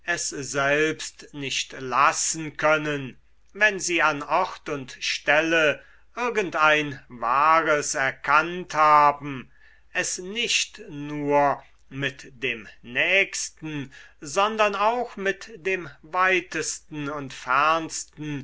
es selbst nicht lassen können wenn sie an ort und stelle irgendein wahres erkannt haben es nicht nur mit dem nächsten sondern auch mit dem weitesten und fernsten